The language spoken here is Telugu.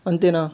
అంతేనా